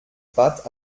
bat